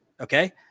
Okay